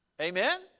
Amen